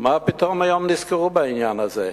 מה פתאום היום נזכרו בעניין הזה.